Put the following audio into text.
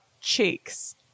cheeks